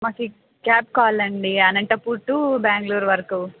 మాకు క్యాబ్ కావాలండి అనంతపూర్ టు బెంగళురు వరకు